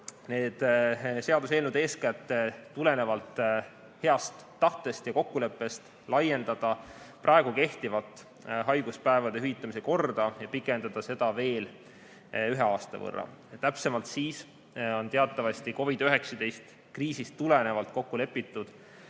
need seaduseelnõud eeskätt tulenevalt heast tahtest ja kokkuleppest laiendada praegu kehtivat haiguspäevade hüvitamise korda ja pikendada seda veel ühe aasta võrra. Teatavasti on COVID-19 kriisist tulenevalt kokku lepitud,